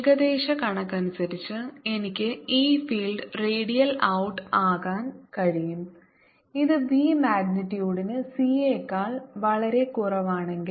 ഏകദേശ കണക്കനുസരിച്ച് എനിക്ക് e ഫീൽഡ് റേഡിയൽ ഔട്ട് ആകാൻ കഴിയും ഇത് v മാഗ്നിറ്റ്യൂഡിന് c യേക്കാൾ വളരെ കുറവാണെങ്കിൽ